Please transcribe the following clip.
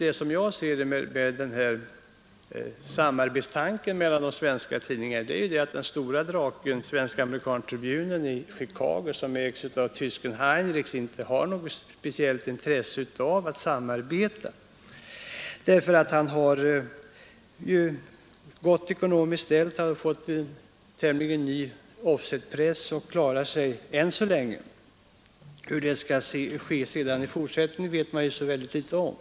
åtgärderna ägaren till den stora draken — Svensk Amerikan Tribune i Chicago nog narkotikatysken Heinrichs inte har något speciellt intresse av detta samarbete. Han missbruk har det nämligen gott ekonomiskt ställt; han har fått en tämligen ny offsetpress och klarar sig än så länge. Hur det kommer att bli i fortsättningen vet man väldigt litet om.